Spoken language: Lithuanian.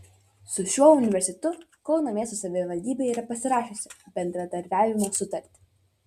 su šiuo universitetu kauno miesto savivaldybė yra pasirašiusi bendradarbiavimo sutartį